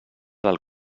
del